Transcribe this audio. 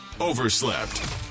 overslept